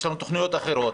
יש לנו תוכניות אחרות.